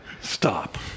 Stop